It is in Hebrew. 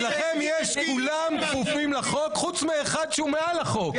אצלכם כולם כפופים לחוק, חוץ מאחד שהוא מעל החוק.